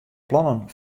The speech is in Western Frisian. plannen